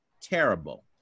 Terrible